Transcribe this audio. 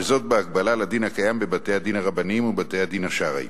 וזאת בהקבלה לדין הקיים בבתי-הדין הרבניים ובבתי-הדין השרעיים.